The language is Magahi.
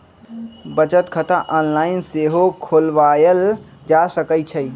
बचत खता ऑनलाइन सेहो खोलवायल जा सकइ छइ